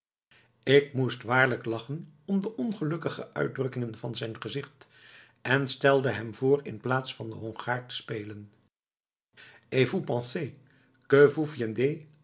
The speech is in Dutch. ik moest waarlijk lachen om de ongelukkige uitdrukking van zijn gezicht en stelde hem voor in plaats van den hongaar te spelen